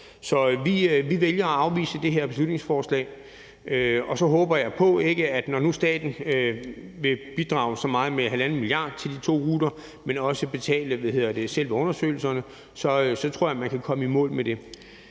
Så vi vælger at afvise det her beslutningsforslag, og så håber jeg på og tror, at når nu staten vil bidrage med så meget som 1½ mia. kr. til de to ruter og også betale selve undersøgelserne, kan man komme i mål med det.